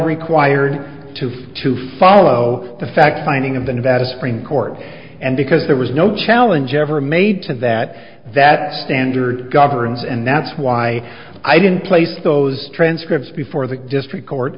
required to have to follow the fact finding of the nevada supreme court and because there was no challenge ever made to that that standard governs and that's why i didn't place those transcripts before the district court